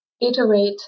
iterate